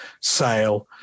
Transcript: Sale